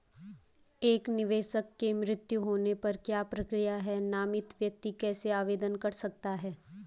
एक निवेशक के मृत्यु होने पर क्या प्रक्रिया है नामित व्यक्ति कैसे आवेदन कर सकता है?